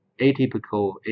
atypical